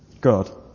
God